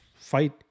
fight